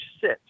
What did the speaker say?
sit